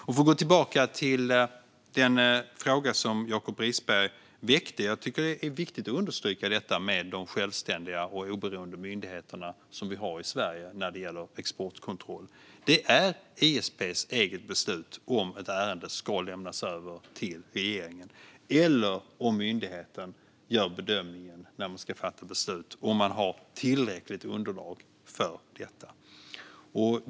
För att gå tillbaka till den fråga som Jacob Risberg väckte tycker jag att det är viktigt att understryka detta med de självständiga och oberoende myndigheter som vi har i Sverige när det gäller exportkontroll. Det är ISP:s eget beslut om ett ärende ska lämnas över till regeringen eller om myndigheten gör bedömningen när man ska fatta beslut att man har tillräckligt underlag för detta.